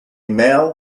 male